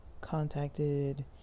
contacted